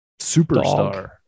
superstar